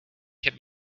can